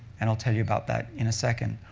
and i'll tell you about that in a second.